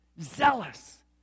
zealous